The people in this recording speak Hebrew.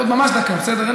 עוד ממש דקה, בסדר?